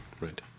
Right